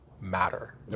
matter